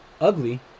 ugly